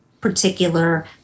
particular